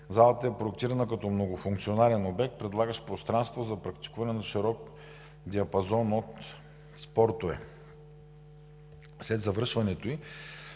Залата е проектирана като многофункционален обект, предлагащ пространство за практикуване на широк диапазон от спортове. След завършването ѝ